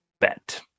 bet